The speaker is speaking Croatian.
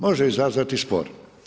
Može izazvati spor.